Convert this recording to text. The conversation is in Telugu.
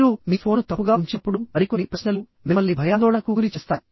మీరు మీ ఫోన్ను తప్పుగా ఉంచినప్పుడు మరికొన్ని ప్రశ్నలు మిమ్మల్ని భయాందోళనకు గురి చేస్తాయి